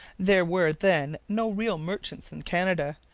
there were then no real merchants in canada,